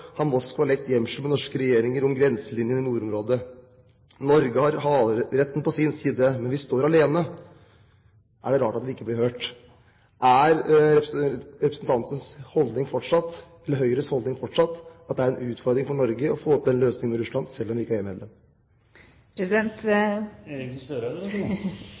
har Moskva lekt gjemsel med norske regjeringer om grenselinjen i nordområdet. Norge har havretten på sin side, men vi står alene. Er det rart at vi ikke blir hørt? Er Høyres holdning fortsatt at det er en utfordring for Norge å få til en løsning med Russland selv om vi ikke er